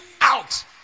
out